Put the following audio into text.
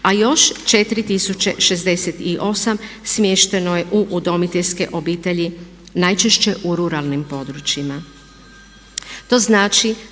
a još 4068 smješteno je u udomiteljske obitelji najčešće u ruralnim područjima.